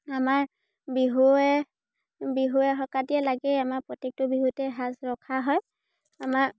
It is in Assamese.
আমাৰ বিহুৱে বিহুৱে সংক্ৰান্তিয়ে লাগেই আমাৰ প্ৰত্যেকটো বিহুতেই সাজ ৰখা হয় আমাৰ